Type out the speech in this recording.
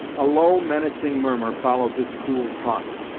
a low menacing murmur followed this cool taunt.